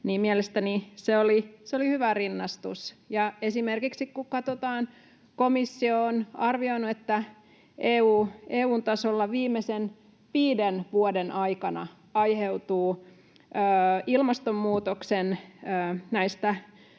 mielestäni se oli hyvä rinnastus. Esimerkiksi kun katsotaan, niin komissio on arvioinut, että EU:n tasolla viimeisten viiden vuoden aikana on aiheutunut ilmastonmuutoksen tuhoista